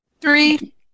three